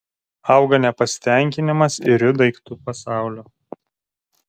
auga nepasitenkinimas iriu daiktų pasauliu